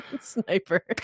sniper